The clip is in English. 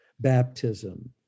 Baptism